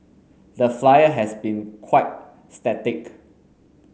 the Flyer has been quite static